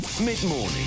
Mid-morning